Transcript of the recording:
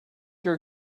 your